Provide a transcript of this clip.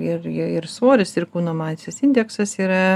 ir ir svoris ir kūno masės indeksas yra